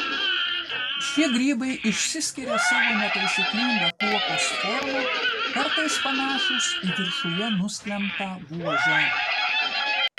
šie grybai išsiskiria savo netaisyklinga kuokos forma kartais panašūs į viršuje nusklembtą buožę